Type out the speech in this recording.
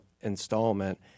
installment